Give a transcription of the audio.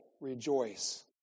rejoice